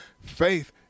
Faith